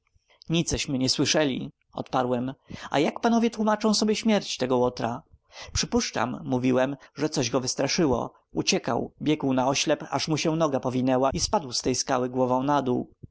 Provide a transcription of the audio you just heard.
niceśmy nie słyszeli odparłem a jak panowie tłómaczą sobie śmierć tego łotra przypuszczam mówiłem że coś go wystraszyło uciekał biegł na oślep aż mu się noga powinęła i spadł z tej skały głową na dół